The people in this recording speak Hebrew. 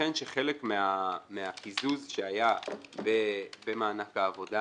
שייתכן שחלק מהקיזוז שהיה במענק העבודה